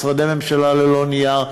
משרדי ממשלה ללא נייר,